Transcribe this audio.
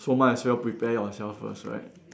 so might as well prepare yourself first right